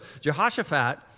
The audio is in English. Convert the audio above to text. Jehoshaphat